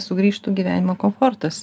sugrįžtų gyvenimo komfortas